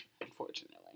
Unfortunately